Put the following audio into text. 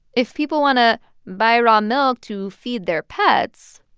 if people want to buy raw milk to feed their pets,